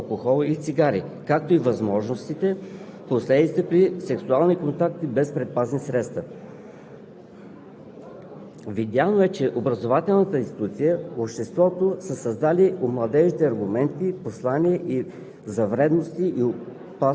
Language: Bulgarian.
нагласите на младите хора по отношение на вредните навици показва категорично тяхната осъзнатост относно негативите, свързани с употребата на наркотици, алкохол и цигари, както и възможните последици при сексуален контакт без предпазни средства.